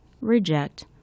reject